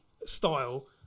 style